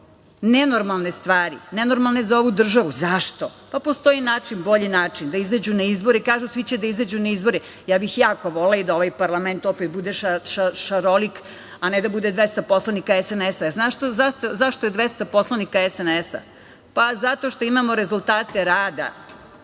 nenormalne stvari, nenormalne za ovu državu? Zašto? Postoji način, bolji način, da izađu na izbore. Kažu, svi će da izađu na izbore. Ja bih jako volela da ovaj parlament opet bude šarolik, a ne da bude 200 poslanika SNS. Zašto je 200 poslanika SNS? Zato što imamo rezultate rada. Ovde